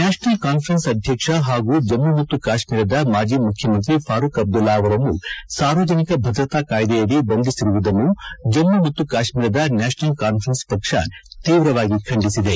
national Conference ಅಧ್ಯಕ್ಷ ಹಾಗೂ ಜಮ್ಮ ಮತ್ತು ಕಾಶ್ಮೀರದ ಮಾಜಿ ಮುಖ್ಯಮಂತ್ರಿ ಫಾರೂಕ್ ಅಬ್ದುಲ್ಲಾ ಅವರನ್ನು ಸಾರ್ವಜನಿಕ ಭದ್ರತಾ ಕಾಯ್ದೆಯಡಿ ಬಂಧಿಸಿರುವುದನ್ನು ಜಮ್ಮು ಮತ್ತು ಕಾಶ್ಮೀರದ ನ್ಯಾಷನಲ್ ಕಾನ್ವರೆನ್ಸ್ ಪಕ್ಷ ತೀವ್ರವಾಗಿ ಖಂಡಿಸಿದೆ